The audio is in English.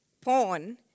porn